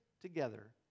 together